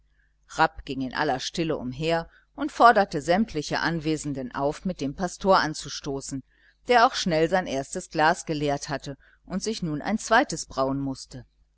rapp ging in aller stille umher und forderte sämtliche anwesenden auf mit dem pastor anzustoßen der auch schnell sein erstes glas geleert hatte und sich nun ein zweites brauen mußte